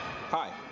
Hi